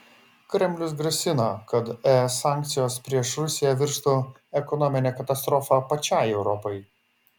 kremlius grasina kad es sankcijos prieš rusiją virstų ekonomine katastrofa pačiai europai